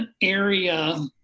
area